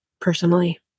personally